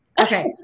Okay